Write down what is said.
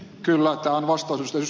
kyllä tämä on vastaus ed